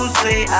say